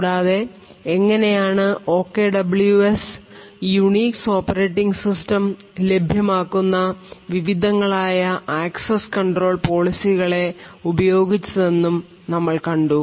കൂടാതെ എങ്ങനെയാണ് OKWS Unix operating system ലഭ്യമാക്കുന്ന വിവിധങ്ങളായ ആക്സസ് കൺട്രോൾ പോളിസികളെ ഉപയോഗിച്ചതെന്നും നമ്മൾ കണ്ടു